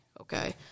okay